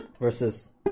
versus